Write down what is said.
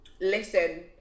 listen